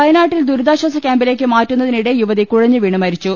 വയനാട്ടിൽ ദുരിതാശ്ചാസ ക്യാമ്പിലേക്ക് മാറ്റുന്നതിനിടെ യുവതി കുഴഞ്ഞ് വീണ് മരിച്ചു